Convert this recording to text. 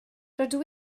rydw